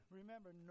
remember